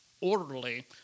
orderly